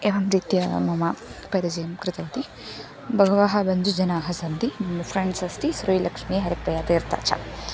एवं रीत्या मम परिचयं कृतवती बहवः बन्धुजनाः सन्ति फ़्रेन्ड्स् अस्ति श्रीलक्ष्मी हरिप्रिया ते च